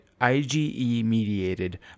IgE-mediated